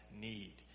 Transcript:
need